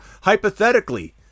hypothetically